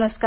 नमस्कार